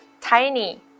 Tiny